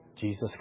Jesus